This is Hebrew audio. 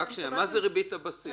מה זה ריבית הבסיס?